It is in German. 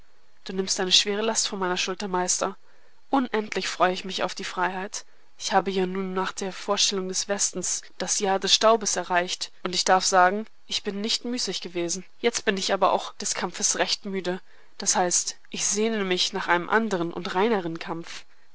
du nimmst eine schwere last von meiner schulter meister unendlich freue ich mich auf die freiheit ich habe ja nun nach der vorstellung des westens das jahr des staubes erreicht und ich darf sagen ich bin nicht müßig gewesen jetzt bin ich aber auch des kampfes recht müde das heißt ich sehne mich nach einem anderen und reineren kampf